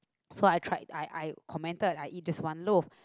so I tried I I commented I eat just one loaf